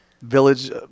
village